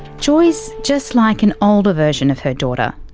joy's just like an older version of her daughter,